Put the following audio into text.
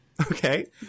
Okay